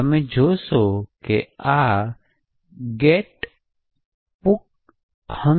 તેથી તમે જોશો કે આક getpcthunk